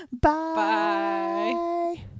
Bye